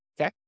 Okay